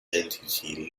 entity